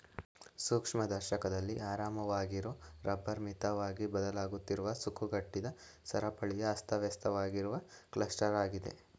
ಸೂಕ್ಷ್ಮದರ್ಶಕದಲ್ಲಿ ಆರಾಮವಾಗಿರೊ ರಬ್ಬರ್ ಮಿತವಾಗಿ ಬದಲಾಗುತ್ತಿರುವ ಸುಕ್ಕುಗಟ್ಟಿದ ಸರಪಳಿಯ ಅಸ್ತವ್ಯಸ್ತವಾಗಿರುವ ಕ್ಲಸ್ಟರಾಗಿದೆ